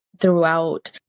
throughout